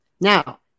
Now